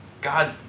God